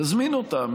תזמין אותם,